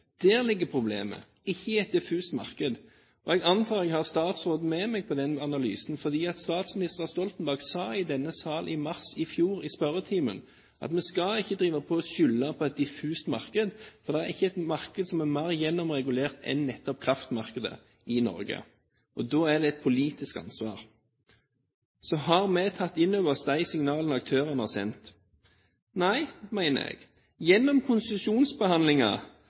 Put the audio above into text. Der ligger problemet, ikke i et diffust marked. Jeg antar jeg har statsråden med meg i den analysen, fordi statsminister Stoltenberg i denne sal i spørretimen i mars i fjor sa at vi skal ikke drive og skylde på et «diffust marked», for det er ikke et marked som er mer gjennomregulert enn nettopp kraftmarkedet i Norge, og da er det et politisk ansvar. Så har vi tatt inn over oss de signalene aktørene har sendt? Nei, mener jeg, Gjennom